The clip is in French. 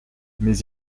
mais